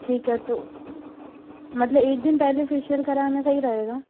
ठीक है तो मतलब एक दिन पहले फेशियल कराना सही रहेगा